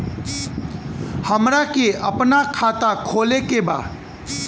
हमरा के अपना खाता खोले के बा?